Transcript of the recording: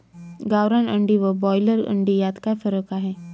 गावरान अंडी व ब्रॉयलर अंडी यात काय फरक आहे?